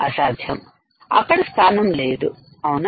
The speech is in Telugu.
అసాధ్యం అక్కడ స్థానం లేదు అవునా